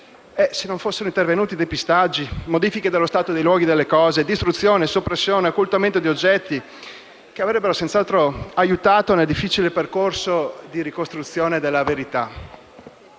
se non fossero intervenuti depistaggi, modifiche allo stato dei luoghi e delle cose, distruzione, soppressione, occultamento di oggetti che avrebbero senz'altro aiutato nel difficile percorso di ricostruzione della verità.